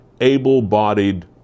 able-bodied